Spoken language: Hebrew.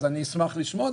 אז אני אשמח לשמוע.